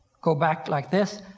go back like this,